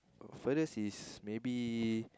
furthest is maybe